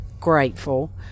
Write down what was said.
grateful